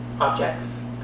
objects